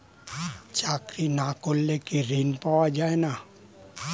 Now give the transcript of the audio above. চাকরি না করলে কি ঋণ পাওয়া যায় না?